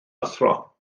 athro